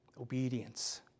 Obedience